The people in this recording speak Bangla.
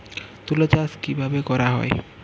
তুলো চাষ কিভাবে করা হয়?